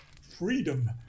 freedom